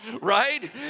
right